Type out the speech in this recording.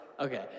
Okay